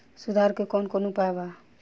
सुधार के कौन कौन उपाय वा?